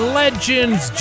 legends